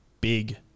big